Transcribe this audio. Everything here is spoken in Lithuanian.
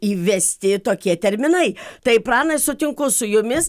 įvesti tokie terminai tai pranai sutinku su jumis